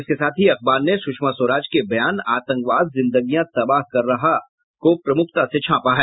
इसके साथ ही अखबार ने सुषमा स्वराज के बयान आतंकवाद जिंदगियां तबाह कर रहा को प्रमुखता से छापा है